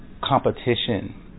competition